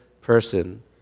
person